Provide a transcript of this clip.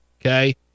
Okay